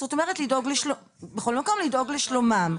זאת אומרת בכל מקום לדאוג לשלומם.